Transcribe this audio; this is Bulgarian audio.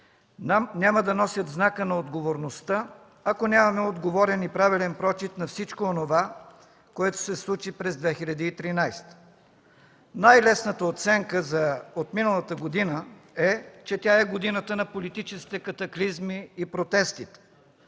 няма да носят знака на отговорността, ако нямаме отговорен и правилен прочит на всичко онова, което се случи през 2013 г. Най-лесната оценка за отминалата година е, че тя е годината на политическите катаклизми и протести.